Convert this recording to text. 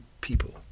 people